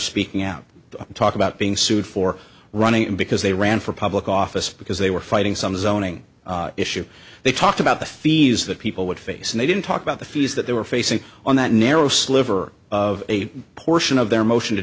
speaking out to talk about being sued for running because they ran for public office because they were fighting some zoning issue they talked about the fees that people would face and they didn't talk about the fuse that they were facing on that narrow sliver of a portion of their motion to